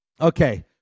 okay